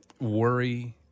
worry